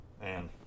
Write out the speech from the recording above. Man